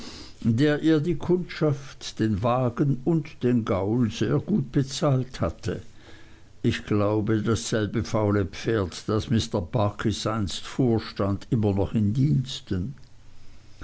der ihr die kundschaft den wagen und den gaul sehr gut bezahlt hatte ich glaube dasselbe faule pferd das mr barkis einst fuhr stand immer noch in diensten